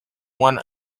one